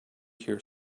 here